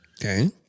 Okay